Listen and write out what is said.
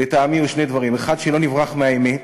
לטעמי, הוא שני דברים, 1. שלא נברח מהאמת,